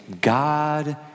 God